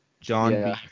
John